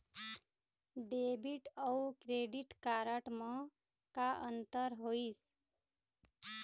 Debit अऊ credit card म का अंतर होइस?